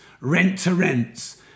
rent-to-rents